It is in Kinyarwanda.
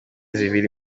sivile